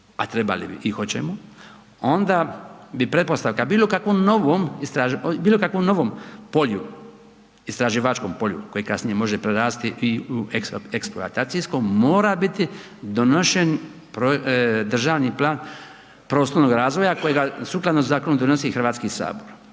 a trebali bi i hoćemo, onda bi pretpostavka bilo kakvom novom polju istraživačkom polju koje kasnije može prerasti i u eksploatacijsko mora biti donesen državni plan prostornog razvoja kojega sukladno zakonu donosi Hrvatski sabor.